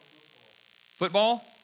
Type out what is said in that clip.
Football